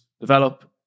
develop